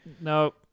No